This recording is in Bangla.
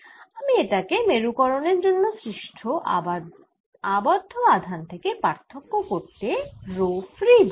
আমি এটাকে মেরুকরনের জন্য সৃষ্ট আবদ্ধ আধানের থেকে পার্থক্য করতে রো ফ্রী বলব